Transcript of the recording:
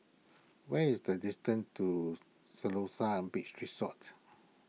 what is the distance to Siloso Beach Resort